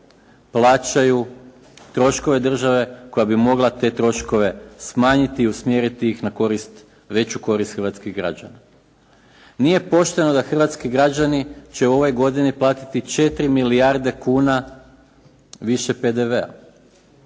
plaćaju troškove države koja bi mogla te troškove smanjiti i usmjeriti ih na veću korist hrvatskih građana. Nije pošteno da hrvatski građani će u ovoj godini platiti 4 milijarde kuna više PDV-a